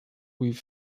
with